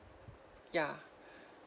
ya